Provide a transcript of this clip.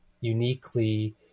uniquely